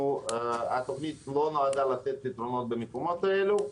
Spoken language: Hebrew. התוכנית לא נועדה לתת פתרונות במקומות האלה.